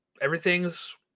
everything's